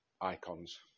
icons